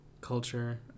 culture